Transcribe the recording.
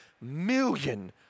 million